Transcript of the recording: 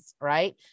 right